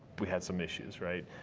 we had some issues, right?